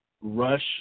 rush